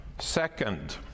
Second